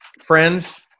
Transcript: friends